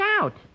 out